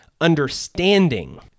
understanding